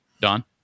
Don